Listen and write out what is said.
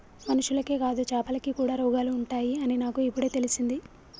మనుషులకే కాదు చాపలకి కూడా రోగాలు ఉంటాయి అని నాకు ఇపుడే తెలిసింది